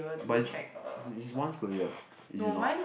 but is is is once per year what is it not